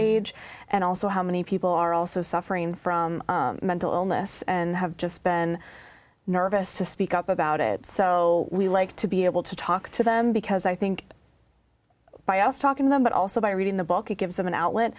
age and also how many people are also suffering from mental illness and have just been nervous to speak up about it so we like to be able to talk to them because i think by us talking them but also by reading the book it gives them an outlet